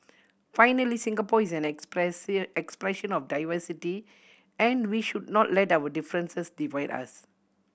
finally Singapore is an expression of diversity and we should not let our differences divide us